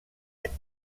any